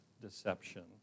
deception